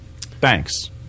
Thanks